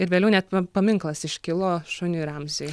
ir vėliau net pa paminklas iškilo šuniui ramziui